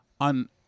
On